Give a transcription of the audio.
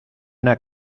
una